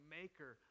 maker